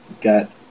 Got